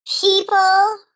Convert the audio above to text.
People